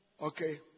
Okay